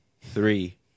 three